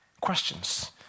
questions